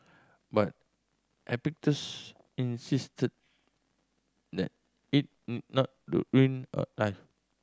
but Epictetus insist that it not to ruin our live